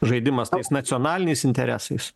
žaidimas tais nacionaliniais interesais